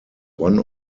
one